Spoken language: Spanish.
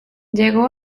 llegó